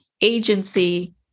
agency